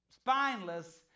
spineless